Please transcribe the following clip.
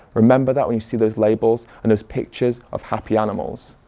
remember that when you see those labels and those pictures of happy animals.